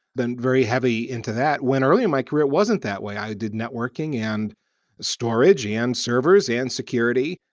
then very heavy into that, when early in my career, it wasn't that way. i did networking, and storage, and servers, and security,